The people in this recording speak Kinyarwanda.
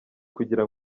kugira